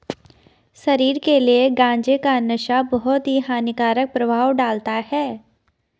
शरीर के लिए गांजे का नशा बहुत ही हानिकारक प्रभाव डालता है